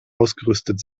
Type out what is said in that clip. ausgerüstet